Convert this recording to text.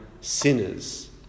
sinners